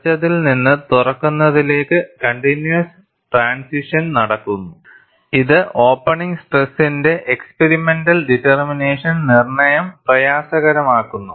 അടച്ചതിൽ നിന്ന് തുറക്കുന്നതിലേക്ക് continuous transition നടക്കുന്നു ഇത് ഓപ്പണിംഗ് സ്ട്രെസിന്റെ എക്സ്പിരിമെന്റൽ ഡിറ്റർമിനേഷൻ നിർണ്ണയം പ്രയാസകരമാക്കുന്നു